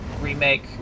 remake